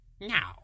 Now